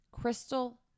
Crystal